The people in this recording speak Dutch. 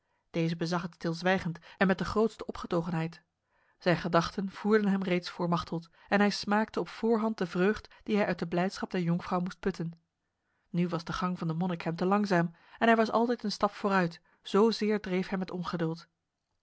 deze bezag het stilzwijgend en met de grootste opgetogenheid zijn gedachten voerden hem reeds voor machteld en hij smaakte op voorhand de vreugd die hij uit de blijdschap der jonkvrouw moest putten nu was de gang van de monnik hem te langzaam en hij was altijd een stap vooruit zozeer dreef hem het ongeduld